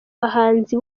bahanzi